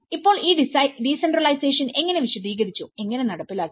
ഇപ്പോൾ ഈ ഡീസെൻട്രലൈസേഷൻ എങ്ങനെ വിശദീകരിച്ചുഎങ്ങനെ നടപ്പിലാക്കി